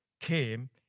came